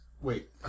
Wait